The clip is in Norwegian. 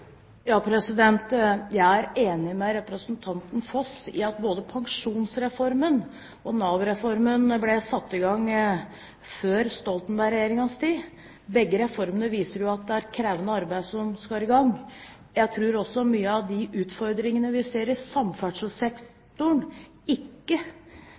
Jeg er enig med representanten Foss i at både pensjonsreformen og Nav-reformen ble satt i gang før Stoltenberg-regjeringens tid. Begge reformene viser jo at det er krevende arbeid som skal i gang. Jeg tror også at mange av de utfordringene vi ser i samferdselssektoren, ikke